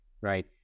right